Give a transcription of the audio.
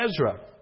Ezra